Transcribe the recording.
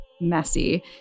messy